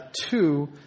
two